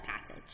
passage